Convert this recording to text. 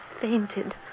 fainted